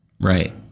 Right